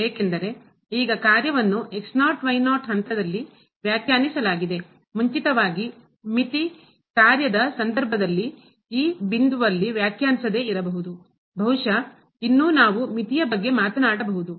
ಏಕೆಂದರೆ ಈಗ ಕಾರ್ಯವನ್ನು ಹಂತದಲ್ಲಿ ವ್ಯಾಖ್ಯಾನಿಸಲಾಗಿದೆ ಮುಂಚಿತವಾಗಿ ಮಿತಿ ಕಾರ್ಯದ ಸಂದರ್ಭದಲ್ಲಿ ಆ ಬಿಂದು ವಲ್ಲಿ ವ್ಯಾಖ್ಯಾನಿಸದೇ ಇರಬಹುದು ಬಹುಶಃ ಇನ್ನೂ ನಾವು ಮಿತಿಯ ಬಗ್ಗೆ ಮಾತನಾಡಬಹುದು